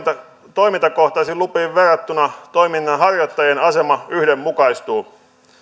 toimintakohtaisiin lupiin verrattuna toiminnanharjoittajien asema yhdenmukaistuu